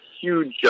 huge